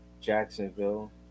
Jacksonville